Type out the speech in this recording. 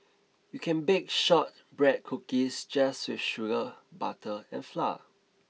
you can bake shortbread cookies just with sugar butter and flour